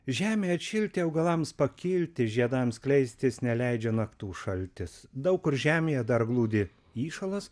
žemei atšilti augalams pakilti žiedams skleistis neleidžia naktų šaltis daug kur žemėje dar glūdi įšalas